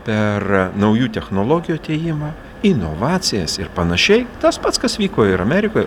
per naujų technologijų atėjimą inovacijas ir panašiai tas pats kas vyko ir amerikoj